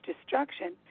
destruction